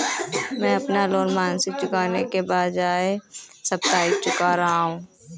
मैं अपना लोन मासिक चुकाने के बजाए साप्ताहिक चुका रहा हूँ